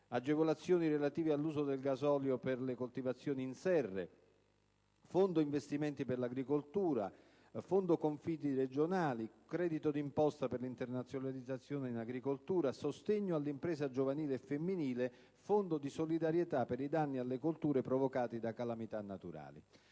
agevolazioni relative all'uso del gasolio per le coltivazioni in serra; fondo investimenti in agricoltura; Fondo confidi regionali; credito d'imposta per l'internazionalizzazione in agricoltura; sostegno all'impresa giovanile e femminile; Fondo di solidarietà per i danni alle colture provocati da calamità naturali.